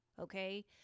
okay